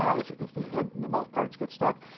ah if if the head and the mouth parts get stuck,